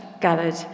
gathered